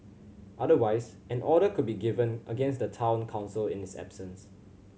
otherwise an order could be given against the Town Council in its absence